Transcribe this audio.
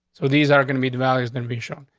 so these are gonna be the values don't be shown.